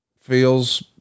feels